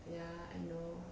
ya I know